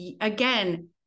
again